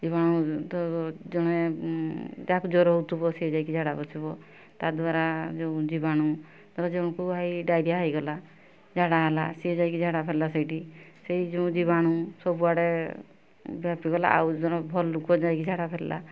ଜୀବାଣୁ ତ ଜଣେ ଯାହାକୁ ଜ୍ଵର ହେଉଥିବ ସେ ଯାଇକି ଝାଡ଼ା ବସିବ ତା'ଦ୍ଵାରା ଯେଉଁ ଜୀବାଣୁ ଧର ଜଣଙ୍କୁ ଭାଇ ଡାଇରିଆ ହେଇଗଲା ଝାଡ଼ା ହେଲା ସିଏ ଯାଇକି ଝାଡ଼ା ଫେରିଲା ସେଇଠି ସେଇ ଯେଉଁ ଜୀବାଣୁ ସବୁ ଆଡ଼େ ବ୍ୟାପି ଗଲା ଆଉ ଜଣେ ଭଲ ଲୋକ ଯାଇକି ଝାଡ଼ା ଫେରିଲା